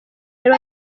wari